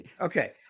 Okay